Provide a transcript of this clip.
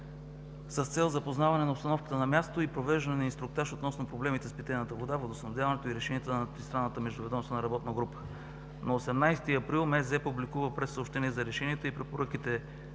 с цел запознаване на обстановката на място и провеждане на инструктаж относно проблемите с питейната вода, водоснабдяването и решенията на Тристранната междуведомствена работна група. На 18 април Министерството на здравеопазването публикува прессъобщение за решенията и препоръките